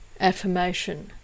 affirmation